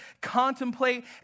contemplate